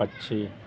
पक्षी